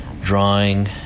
drawing